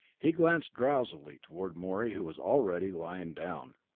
he glanced drowsily toward morey who was already lying down.